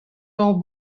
hor